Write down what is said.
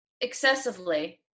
excessively